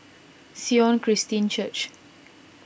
Sion Christian Church